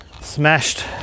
smashed